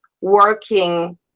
working